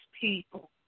people